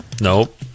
Nope